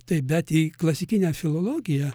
taip bet į klasikinę filologiją